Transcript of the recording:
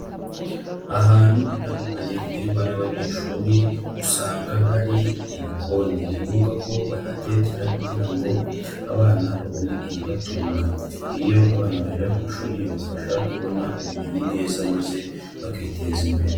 Ahantu hatandukanye higirwa n'abanyeshuri usanga hari ibikoni, ni ngombwa ko bahatekera kugira ngo abana babone ibibatunga, iyo abana barira ku ishuri bibafasha kubona ubumenyi neza maze bakiteza imbere.